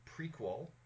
prequel